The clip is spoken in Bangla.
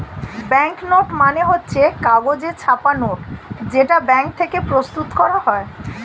ব্যাংক নোট মানে হচ্ছে কাগজে ছাপা নোট যেটা ব্যাঙ্ক থেকে প্রস্তুত করা হয়